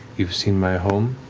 you've seen my home.